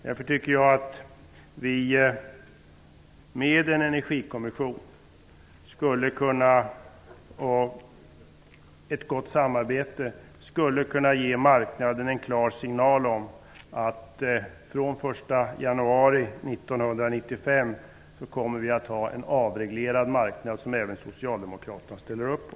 Därför tycker jag att vi med en energikommission och ett gott samarbete skulle kunna ge marknaden en klar signal om att vi från den 1 januari 1995 kommer att ha en avreglerad marknad som även Socialdemokraterna ställer upp på.